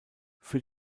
für